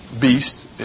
beast